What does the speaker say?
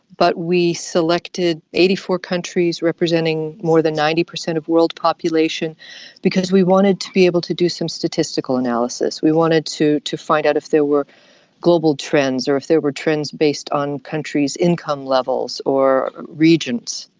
but we selected eighty four countries representing more than ninety percent of world population because we wanted to be able to do some statistical analysis, we wanted to to find out if there were global trends or if there were trends based on countries' income levels or regions.